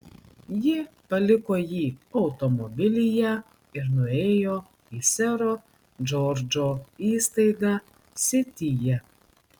ji paliko jį automobilyje ir nuėjo į sero džordžo įstaigą sityje